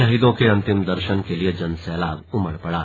शहीदों के अंतिम दर्शन के लिए जनसैलाब उमड़ पड़ा